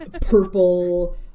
purple